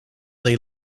they